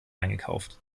eingekauft